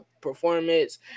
performance